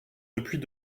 depuis